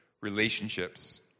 relationships